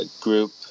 group